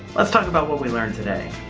let's talk about what we learned today.